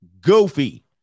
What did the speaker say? goofy